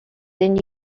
than